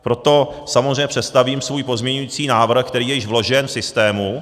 Proto samozřejmě představím svůj pozměňovací návrh, který je již vložen v systému.